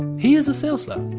he is a cell slug!